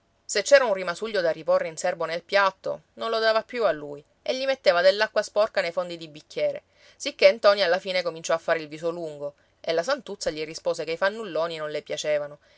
prima se c'era un rimasuglio da riporre in serbo nel piatto non lo dava più a lui e gli metteva dell'acqua sporca nei fondi di bicchiere sicché ntoni alla fine cominciò a fare il viso lungo e la santuzza gli rispose che i fannulloni non le piacevano